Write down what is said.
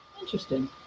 Interesting